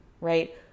right